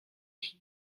chi